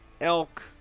elk